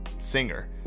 singer